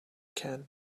can